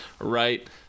right